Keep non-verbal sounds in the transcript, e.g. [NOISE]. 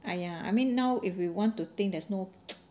!aiya! I mean now if we want to think there's no [NOISE]